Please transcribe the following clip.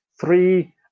three